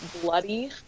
bloody